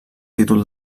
títol